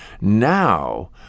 now